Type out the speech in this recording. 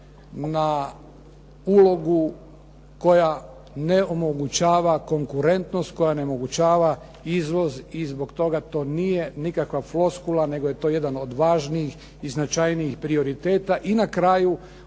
na ulogu koja ne omogućava konkurentnost, koja ne omogućava izvoz i zbog toga to nije nikakva floskula nego je to jedan od važnijih i značajnijih prioriteta. I na kraju